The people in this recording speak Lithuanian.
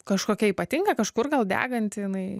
kažkokia ypatinga kažkur gal deganti jinai